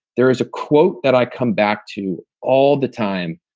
there is a quote that i come back to all the time,